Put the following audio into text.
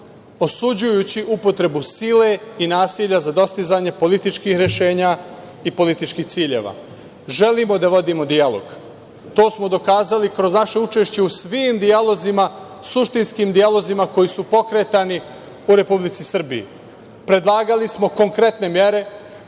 osuđujući upotrebu sile i nasilja za dostizanje političkih rešenja i političkih ciljeva. Želimo da vodimo dijalog. To smo dokazali kroz naše učešće u svim dijalozima, suštinskim dijalozima koji su pokretani u Republici Srbiji. Predlagali smo konkretne mere,